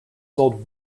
sold